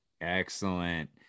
excellent